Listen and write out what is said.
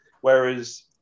Whereas